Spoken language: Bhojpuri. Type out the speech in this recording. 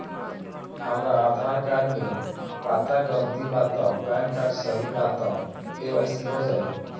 हमरा आधार कार्ड मे पता गलती बा त पैन कार्ड सही बा त के.वाइ.सी हो जायी?